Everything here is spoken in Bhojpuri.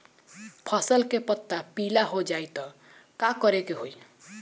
फसल के पत्ता पीला हो जाई त का करेके होई?